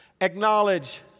acknowledge